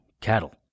cattle